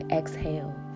exhale